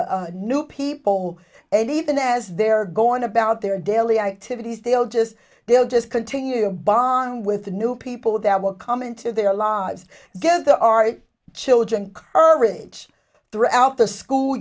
with new people and even as they are going about their daily activities they will just they'll just continue the bond with the new people that will come into their lives together our children courage throughout the school